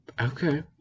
Okay